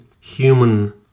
human